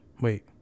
Wait